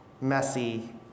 messy